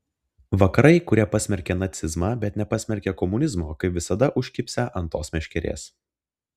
vakarai kurie pasmerkė nacizmą bet nepasmerkė komunizmo kaip visada užkibsią ant tos meškerės